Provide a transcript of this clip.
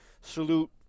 Salute